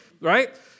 right